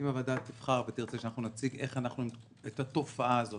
אם הוועדה תבחר ותרצה שנציג איך אנחנו מטפלים בתופעה הזאת